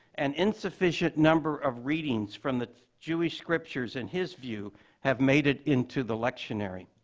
an insufficient number of readings from the jewish scriptures in his view have made it into the lectionary.